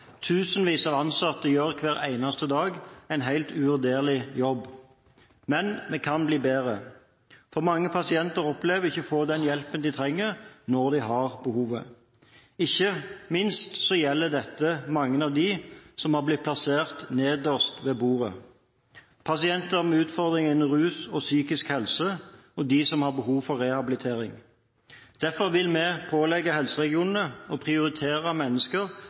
Tusenvis av ansatte gjør hver eneste dag en helt uvurderlig jobb. Men vi kan bli bedre, for mange pasienter opplever å ikke få den hjelpen de trenger, når de har behov for den. Ikke minst gjelder dette mange av dem som har blitt plassert nederst ved bordet: pasienter med utfordringer innenfor rus og psykisk helse og pasienter som har behov for rehabilitering. Derfor vil vi pålegge helseregionene å prioritere mennesker